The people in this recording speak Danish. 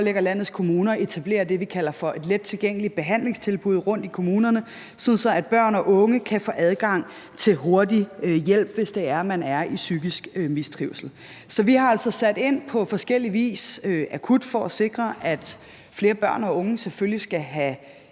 landets kommuner at etablere det, vi kalder for et lettilgængeligt behandlingstilbud rundtom i kommunerne, sådan at børn og unge kan få adgang til hurtig hjælp, hvis de er i psykisk mistrivsel. Så vi har altså sat ind på forskellig vis: akut for at sikre, at flere børn og unge selvfølgelig skal have